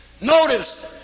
Notice